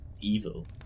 evil